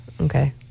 Okay